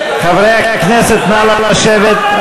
חברי הכנסת, נא לשבת.